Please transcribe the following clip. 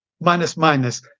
minus-minus